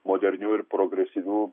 moderniu ir progresyviu